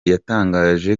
yatangaje